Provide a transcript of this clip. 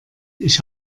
ich